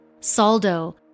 Saldo